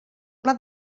pla